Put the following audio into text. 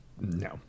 No